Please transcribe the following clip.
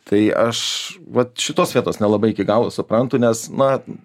tai aš vat šitos vietos nelabai iki galo suprantu nes na